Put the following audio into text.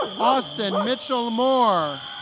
austin mitchell moore